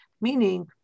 meaning